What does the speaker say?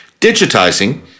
Digitizing